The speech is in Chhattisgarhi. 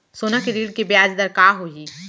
सोना के ऋण के ब्याज दर का होही?